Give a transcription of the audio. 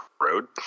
Road